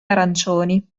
arancioni